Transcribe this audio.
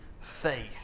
faith